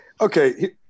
Okay